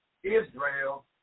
Israel